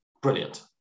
brilliant